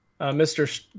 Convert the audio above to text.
Mr